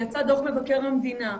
יצא דוח מבקר המדינה,